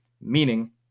meaning